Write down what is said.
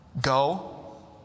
Go